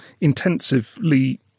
intensively